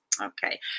Okay